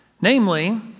Namely